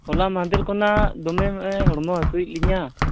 ᱦᱚᱞᱟ ᱢᱟᱫᱷᱮᱨ ᱠᱷᱚᱱᱟᱜ ᱫᱚᱢᱮ ᱦᱚᱲᱢᱚ ᱦᱟᱹᱥᱩᱭᱮᱫ ᱞᱤᱧᱟᱹ